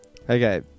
Okay